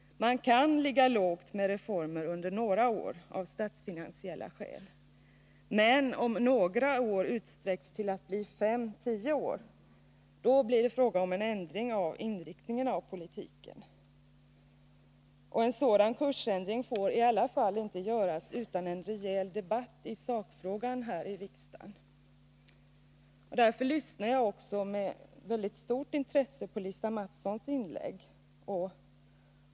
Man kan ligga lågt med reformer under några år av statsfinansiella skäl, men om några år utsträcks till att bli fem tio år, då blir det fråga om en ändring av inriktningen av politiken. En sådan kursändring får i alla fall inte göras utan en rejäl debatt i sakfrågan här i riksdagen. Därför lyssnade jag med mycket stort intresse till Lisa Mattsons inlägg.